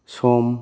सम